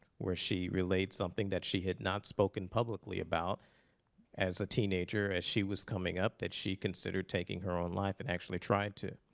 where she relayed something that she had not spoken publicly about as a teenager, as she was coming up, that she considered taking her own life and actually tried to.